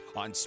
on